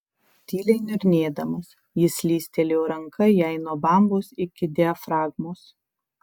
tyliai niurnėdamas jis slystelėjo ranka jai nuo bambos iki diafragmos